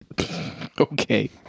Okay